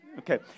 Okay